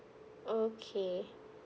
okay